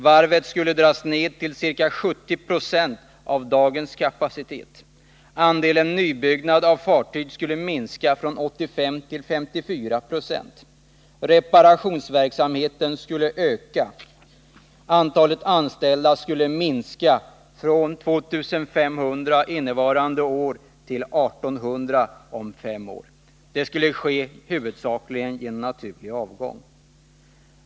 Varvet skulle dras ned till ca 70 90 av dagens kapacitet. Andelen nybyggnad av fartyg skulle minskas från 85 96 till 54 20. Reparationsverksamheten skulle öka. Antalet anställda skulle minskas från 2 500 innevarande år till 1800 om fem år. Detta skulle ske huvudsakligen genom naturlig avgång.